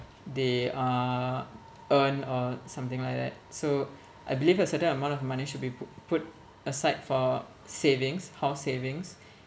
they uh earn or something like that so I believe a certain amount of money should be put put aside for savings house savings